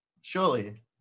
Surely